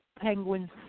penguin's